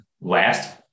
last